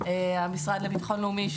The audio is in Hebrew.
המשרד לביטחון לאומי,